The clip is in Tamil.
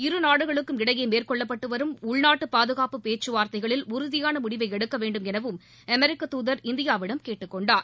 இருநாடுகளுக்கும் இடையே மேற்கொள்ளப்பட்டு வரும் உள்நாட்டு பாதுகாப்பு பேச்சுவார்த்தைகளில் உறுதியான முடிவை எடுக்க வேண்டும் எனவும் அமெரிக்க துதர் இந்தியாவிடம் கேட்டுக் கொண்டார்